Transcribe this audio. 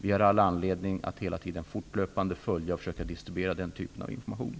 Vi har all anledning att fortlöpande följa och försöka distribuera den typen av information.